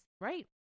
right